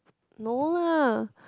no lah